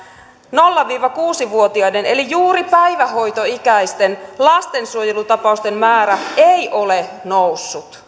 nolla viiva kuusi vuotiaiden eli juuri päivähoitoikäisten lastensuojelutapausten määrä ei ole noussut